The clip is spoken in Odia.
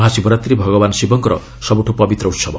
ମହାଶିବରାତ୍ରୀ ଭଗବାନ୍ ଶିବଙ୍କର ସବ୍ରଠ ପବିତ୍ର ଉତ୍ସବ